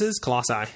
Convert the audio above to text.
Colossi